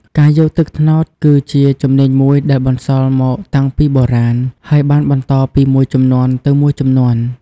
ការយកទឹកត្នោតគឺជាជំនាញមួយដែលបន្សល់មកតាំងពីបុរាណ ហើយបានបន្តពីមួយជំនាន់ទៅមួយជំនាន់។